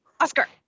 Oscar